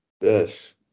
Yes